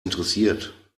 interessiert